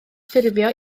ffurfio